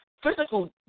physical